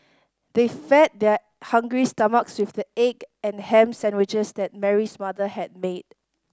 they fed their hungry stomachs with the egg and ham sandwiches that Mary's mother had made